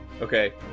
okay